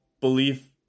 belief